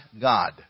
God